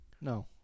No